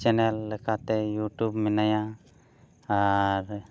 channel ᱞᱮᱠᱟᱛᱮ YouTube ᱢᱮᱱᱟᱭᱟ ᱟᱨ